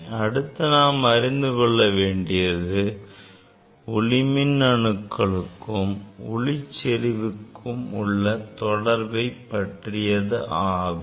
அடுத்து நாம் அறிந்து கொள்ள வேண்டியது ஒளிமின் அணுக்களுக்கும் ஒளிச்செறிவுக்கும் உள்ள தொடர்பை பற்றியதாகும்